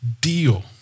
deal